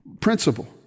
principle